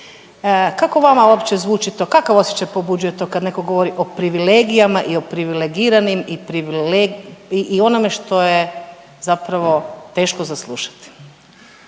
Kako vama uopće zvuči to, kakav osjećaj pobuđuje to kad netko govori o privilegijama i o privilegiranim i onome što je zapravo teško za slušati?